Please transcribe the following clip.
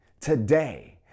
today